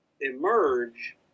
emerge